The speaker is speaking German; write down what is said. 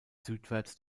südwärts